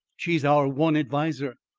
she's our one adviser.